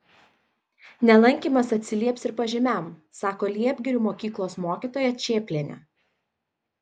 nelankymas atsilieps ir pažymiam sako liepgirių mokyklos mokytoja čėplienė